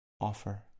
Offer